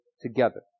together